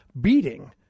beating